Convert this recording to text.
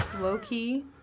Low-key